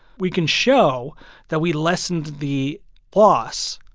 we can show that we lessened the loss,